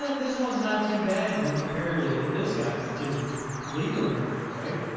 ah this one's not too bad when compared to this guy, to the leader over here, right?